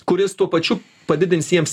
kuris tuo pačiu padidins jiems